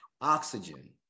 oxygen